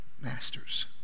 masters